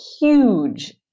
huge